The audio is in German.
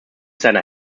seiner